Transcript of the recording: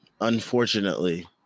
unfortunately